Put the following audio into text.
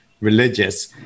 religious